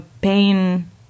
Pain